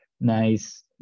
nice